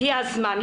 הגיע הזמן.